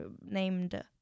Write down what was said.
named